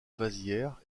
vasières